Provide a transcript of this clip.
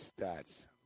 Stats